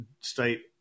state